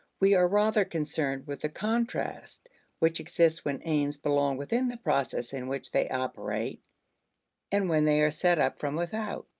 we are rather concerned with the contrast which exists when aims belong within the process in which they operate and when they are set up from without.